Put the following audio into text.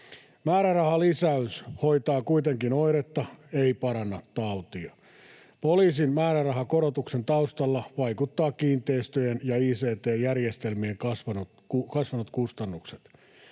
Määrärahalisäys hoitaa kuitenkin oiretta, ei paranna tautia. Poliisin määrärahakorotuksen taustalla vaikuttavat kiinteistöjen ja ict-järjestelmien kasvaneet kustannukset.